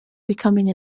becoming